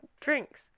drinks